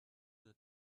that